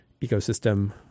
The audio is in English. ecosystem